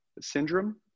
syndrome